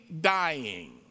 dying